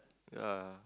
ya